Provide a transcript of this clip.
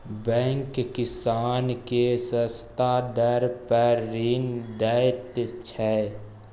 bank किसान केँ सस्ता दर पर ऋण दैत छै